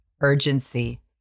Urgency